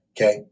okay